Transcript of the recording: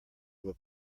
will